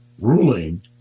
ruling